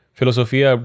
Philosophia